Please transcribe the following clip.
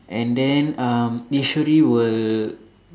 and then uh Eswari will